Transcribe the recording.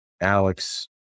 Alex